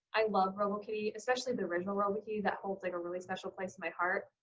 i love robokitty, especially the original robokitty. that holds, like, a really special place in my heart,